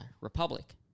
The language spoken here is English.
republic